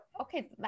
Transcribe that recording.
okay